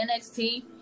NXT